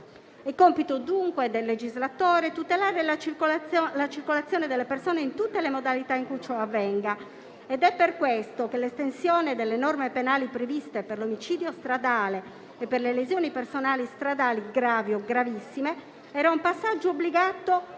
È compito dunque del legislatore tutelare la circolazione delle persone in tutte le modalità in cui ciò avvenga, ed è per questo che l'estensione delle norme penali previste per l'omicidio stradale e per le lesioni personali stradali gravi o gravissime era un passaggio obbligato